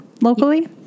locally